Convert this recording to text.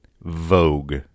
Vogue